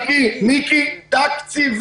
היא תקציבית.